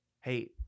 hey